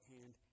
hand